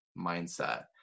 mindset